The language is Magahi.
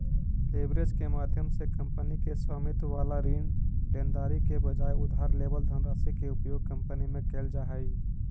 लेवरेज के माध्यम से कंपनी के स्वामित्व वाला ऋण देनदारी के बजाय उधार लेवल धनराशि के उपयोग कंपनी में कैल जा हई